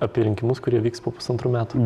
apie rinkimus kurie vyks po pusantrų metų